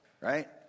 right